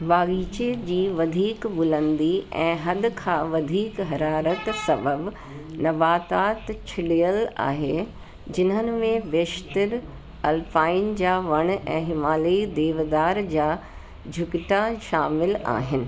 बागीचे जी वधीक बुलंदी ऐं हदि खां वधीक हरारत सबब नबातात छिलियल आहे जिन्हनि में बेशितरु अल्पाइन जा वण ऐं हिमालयी देवदार जा झुगटा शामिलु आहिनि